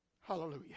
Hallelujah